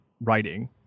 writing